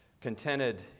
contented